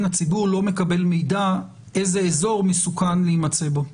הציבור לא מקבל מידע איזה אזור מסוכן להימצא בו.